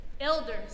elders